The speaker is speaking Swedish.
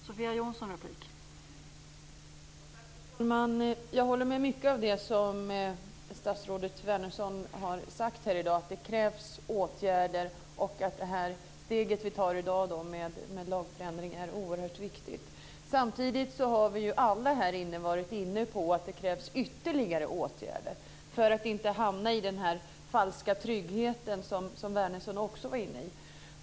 Fru talman! Jag håller med om mycket av det som statsrådet Wärnersson har sagt här i dag, att det krävs åtgärder och att det steg som vi tar i dag med en ändring av lagen är oerhört viktigt. Samtidigt har vi alla här varit inne på att det krävs ytterligare åtgärder för att man inte ska hamna i den falska trygghet som Ingegerd Wärnersson också var inne på.